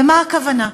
ומה הכוונה?